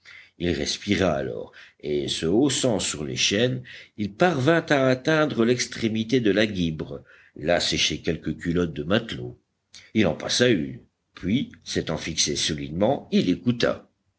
il respira alors et se haussant sur les chaînes il parvint à atteindre l'extrémité de la guibre là séchaient quelques culottes de matelot il en passa une puis s'étant fixé solidement il écouta